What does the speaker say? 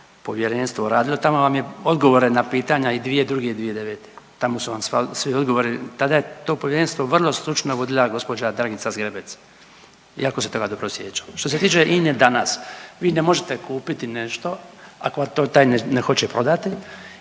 povjerenstvo radilo tamo vam je odgovore na pitanja i 2002. i 2009. tamo su vam svi odgovori. Tada je to povjerenstvo vrlo stručno vodila gospođa Dragica Zgrebec i jako se toga dobro sjećam. Što se tiče INA-e danas, vi ne možete kupiti nešto ako taj ne hoće prodati